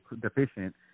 deficient